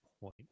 point